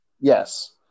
Yes